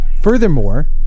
Furthermore